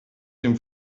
dem